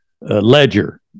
ledger